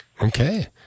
okay